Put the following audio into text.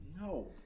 No